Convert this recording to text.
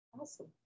Awesome